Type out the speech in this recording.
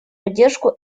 поддержку